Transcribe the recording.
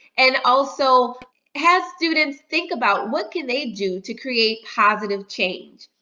and also has student think about what can they do to create positive change.